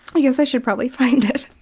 i guess i should probably find it.